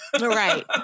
Right